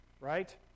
Right